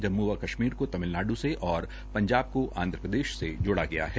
जम्मू व कश्मीर को तामिलनाडू से पंजाब को आंध्र प्रदेश से जोड़ा गया है